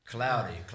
Cloudy